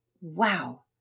Wow